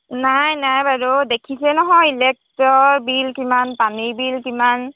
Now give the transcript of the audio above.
নাই নাই বাইদেউ দেখিছে নহয় ইলেক্ট্ৰৰ বিল কিমান পানীৰ বিল কিমান